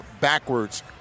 backwards